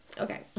okay